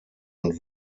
und